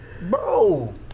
Bro